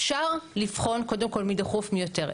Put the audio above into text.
אפשר לבחון קודם כל מי דחוף מיותר,